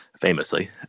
Famously